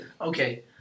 Okay